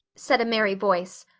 said a merry voice.